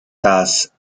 das